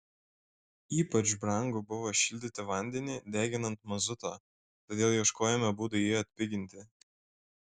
ypač brangu buvo šildyti vandenį deginant mazutą todėl ieškojome būdų jį atpiginti